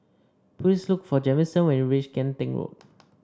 please look for Jamison when you reach Kian Teck Road